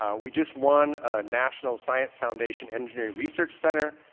ah we just won a national science foundation engineering research center.